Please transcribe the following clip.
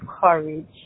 courage